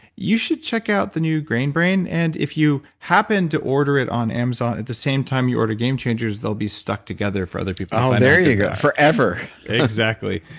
you should check out the new grain brain. and if you happen to order it on amazon at the same time you order game changers, they'll be stuck together for other people there you go. forever exactly.